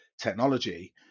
technology